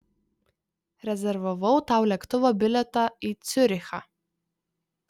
rezervavau tau lėktuvo bilietą į ciurichą